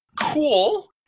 cool